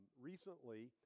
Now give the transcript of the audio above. recently